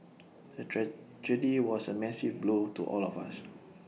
the tragedy was A massive blow to all of us